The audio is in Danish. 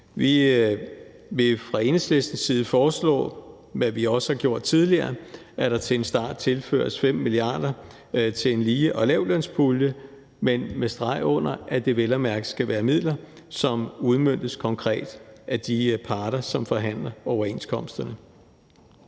Vi vil fra Enhedslistens side foreslå, hvad vi også har gjort tidligere, at der til en start tilføres 5 mia. kr. til en lige- og lavtlønspulje, men med streg under, at det vel at mærke skal være midler, som udmøntes konkret af de parter, som forhandler overenskomsterne.